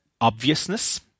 obviousness